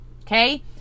Okay